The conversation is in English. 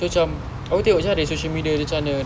so cam aku tengok jer ah dia nya social media dia macam mana